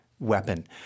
weapon